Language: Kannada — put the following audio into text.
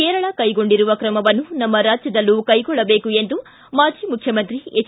ಕೇರಳ ಕೈಗೊಂಡಿರುವ ಕ್ರಮವನ್ನು ನಮ್ಮ ರಾಜ್ಯದಲ್ಲೂ ಕೈಗೊಳ್ಳಬೇಕು ಎಂದು ಮಾಜಿ ಮುಖ್ಯಮಂತ್ರಿ ಎಚ್